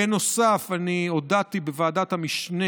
בנוסף אני הודעתי בוועדת המשנה